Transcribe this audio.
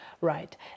right